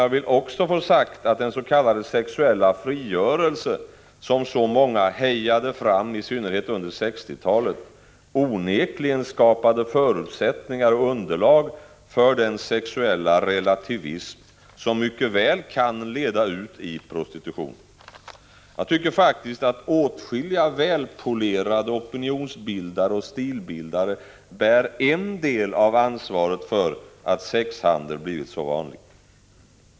Jag vill också få sagt att den s.k. sexuella frigörelse som så många hejade fram, i synnerhet under 1960-talet, onekligen skapade förutsättningar och underlag för den sexuella relativism som mycket väl kan leda ut i prostitution. Jag tycker faktiskt att åtskilliga välpolerade opinionsbildare och stilbildare bär en del av ansvaret för att sexhandeln blivit så vanlig.